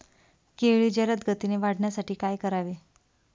केळी जलदगतीने वाढण्यासाठी काय करावे?